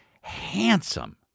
handsome